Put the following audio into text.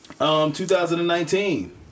2019